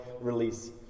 release